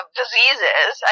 diseases